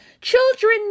Children